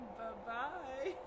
Bye-bye